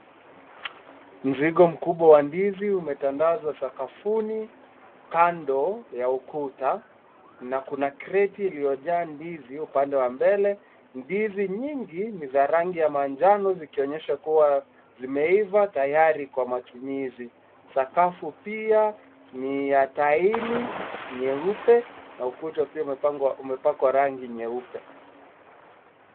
Mzigo mkubwa wa ndizi umetandazwa sakafuni. Kando ya ukuta na kuna kreti iliyojaa ndizi. Upande wa mbele ndizi nyingi ni za rangi ya manjano zikionyesha kuwa zimeiva tayari kwa matumizi. Sakafu pia ni ya taili nyeupe na ukuta pia umepakwa rangi nyeupe.